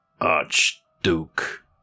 Archduke